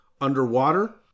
Underwater